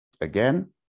Again